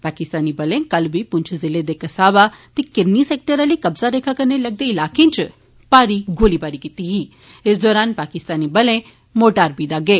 पाकिस्तानी बलें कल बी पुंछ ज़िले दे कसाबा ते किरणी सैक्टर आली कब्जा रेखा कन्नै लगदे इलाकें इच भारी गोलीबारी कीती ही इस दौरान पाकिस्तानी बले मोटार्र बी दागे